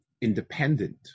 independent